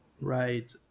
Right